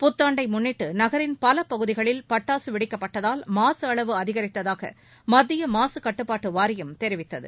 புத்தாண்டை முன்னிட்டு நகரின் பல பகுதிகளில் பட்டாக வெடிக்கப்பட்டதால் மாசு அளவு அதிகரித்ததாக மத்திய மாசு கட்டுப்பாட்டு வாரியம் தெரிவித்தது